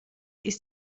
ist